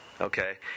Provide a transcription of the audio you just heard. Okay